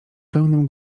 pełnym